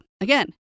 Again